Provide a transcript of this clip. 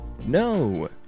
No